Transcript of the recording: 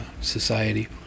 society